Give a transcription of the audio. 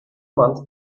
months